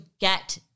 get